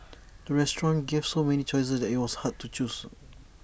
the restaurant gave so many choices that IT was hard to choose